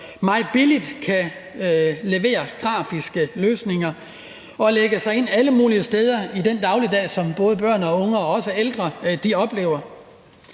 meget billigt kan levere grafiske løsninger og komme ind alle mulige steder i den dagligdag, som både børn og unge og også ældre oplever.